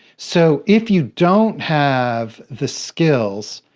so if you don't have the skills,